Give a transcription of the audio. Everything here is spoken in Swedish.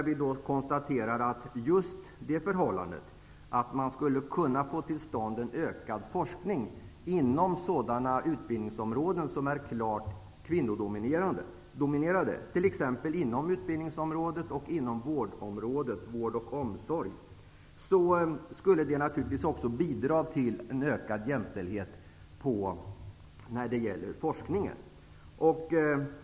Vi konstaterar att det förhållandet att man kan få till stånd en ökad forskning inom sådana utbildningsområden som är klart kvinnodominerade, t.ex. inom utbildningsområdet och inom vård och omsorgsområdet, också bidrar till en ökad jämställdhet när det gäller forskningen.